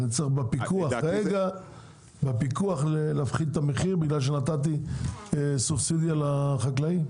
אני צריך להפחית את המחיר בפיקוח בגלל שנתתי סובסידיה לחקלאים?